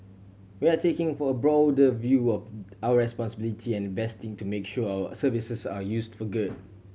we are taking for a broader view of our responsibility and investing to make sure our services are used for good